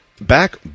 back